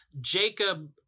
Jacob